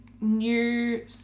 new